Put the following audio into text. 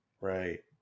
Right